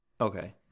Okay